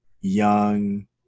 young